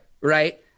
right